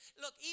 look